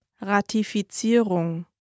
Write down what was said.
Ratifizierung